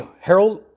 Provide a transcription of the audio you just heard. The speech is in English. Harold